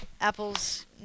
Apple's